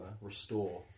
restore